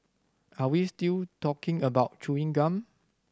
are we still talking about chewing gum